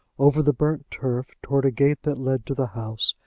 over the burnt turf towards a gate that led to the house,